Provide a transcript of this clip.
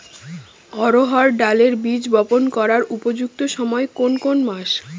অড়হড় ডালের বীজ বপন করার উপযুক্ত সময় কোন কোন মাস?